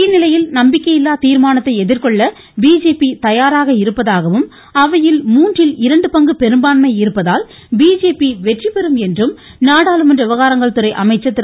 இதனிடையே நம்பிக்கையில்லா தீர்மானத்தை எதிர்கொள்ள பிஜேபி தயாராக இருப்பதாகவும் அவையில் மூன்றில் இரண்டு பங்கு பெரும்பான்மை இருப்பதால் பிஜேபி வெற்றி பெறும் என்றும் நாடாளுமன்ற விவகாரங்கள் துறை அமைச்சர் திரு